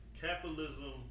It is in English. Capitalism